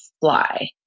fly